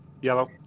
Yellow